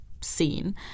scene